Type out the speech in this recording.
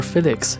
Felix